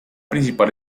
principal